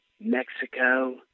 Mexico